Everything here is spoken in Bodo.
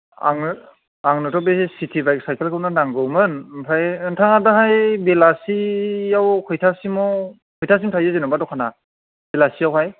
आङो आंनोथ' बे सिटि बाइक सायखेलखौनो नांगौमोन ओमफ्राय नोंथाङा दाहाय बेलासियाव खयथासिमाव खयथासिम थायो जेनोबा दखाना बेलासियावहाय